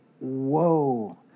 Whoa